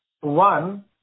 One